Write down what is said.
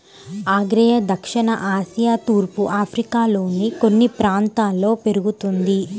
ఆగ్నేయ దక్షిణ ఆసియా తూర్పు ఆఫ్రికాలోని కొన్ని ప్రాంతాల్లో పెరుగుతుంది